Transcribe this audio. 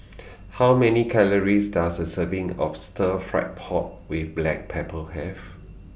How Many Calories Does A Serving of Stir Fry Pork with Black Pepper Have